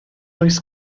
oes